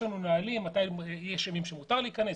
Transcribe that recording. יש נהלים מתי מותר להיכנס,